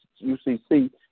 UCC